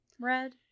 red